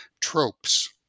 tropes